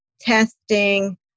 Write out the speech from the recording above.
testing